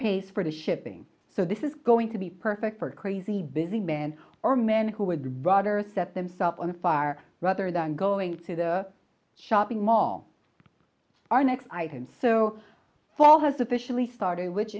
pays for the shipping so this is going to be perfect for crazy busy man or man who would broader set themselves on fire rather than going to the shopping mall our next item so fall has officially started which